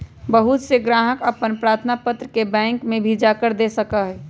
बहुत से ग्राहक अपन प्रार्थना पत्र के बैंक में भी जाकर दे सका हई